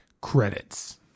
Credits